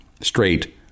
straight